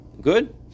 Good